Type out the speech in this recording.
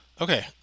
Okay